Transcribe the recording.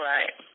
Right